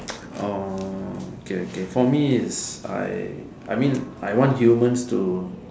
orh okay okay for me is I I mean I want humans to